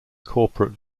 corporate